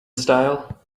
style